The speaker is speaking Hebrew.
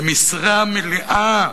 למשרה מלאה.